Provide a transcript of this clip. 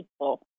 people